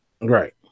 Right